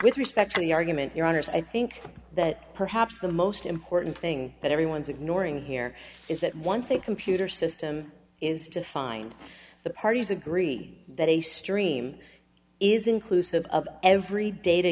with respect to the argument your honour's i think that perhaps the most important thing that everyone's ignoring here is that once a computer system is to find the parties agree that a stream is inclusive of every data